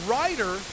rider